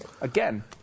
Again